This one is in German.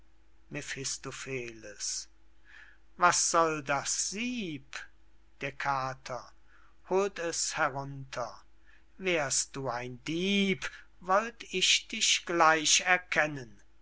was soll das sieb der kater holt es herunter wärst du ein dieb wollt ich dich gleich erkennen